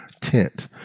tent